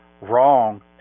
wrong